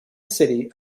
city